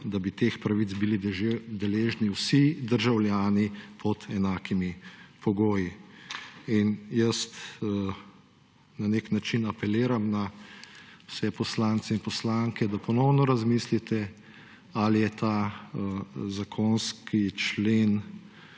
direktiva, bili deležni vsi državljani pod enakimi pogoji. In na nek način apeliram na vse poslance in poslanke, da ponovno razmislite, ali je ta zakonski člen